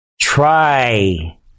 try